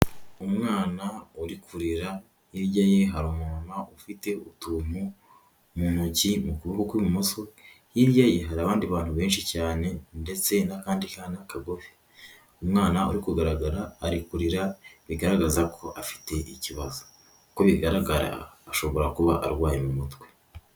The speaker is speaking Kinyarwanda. Umwana uri kurira hirya ye hari umuntu ufite utuntu mu ntoki mu kuboko kw'ibumoso, hirya ye hari abandi bantu benshi cyane ndetse n'akandi kana kagufi, umwana uri kugaragara ari kurira bigaragaza ko afite ikibazo, uko bigaragara ashobora kuba arwaye mu mutwe.